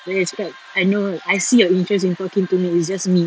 then dia cakap I know I see your interest in talking to me it's just me